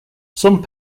some